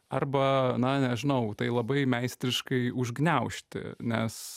arba na nežinau tai labai meistriškai užgniaužti nes